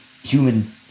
human